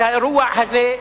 שהאירוע הזה,